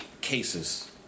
cases